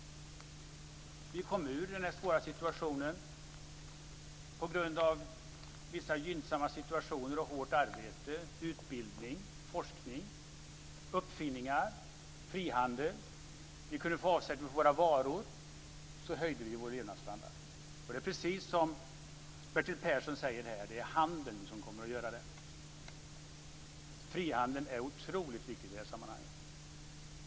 Vi kom ur det svåra läget på grund av vissa gynnsamma situationer och hårt arbete, utbildning, forskning, uppfinningar och frihandel. Vi kunde få avsättning för våra varor. Så höjde vi vår levnadsstandard. Det är precis som Bertil Persson säger, det är handeln som kommer att göra det. Frihandeln är otroligt viktig i det här sammanhanget.